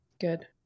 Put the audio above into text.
Good